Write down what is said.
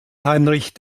heinrich